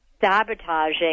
sabotaging